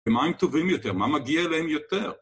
במה הם טובים יותר? מה מגיע אליהם יותר?